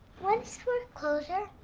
what's foreclosure?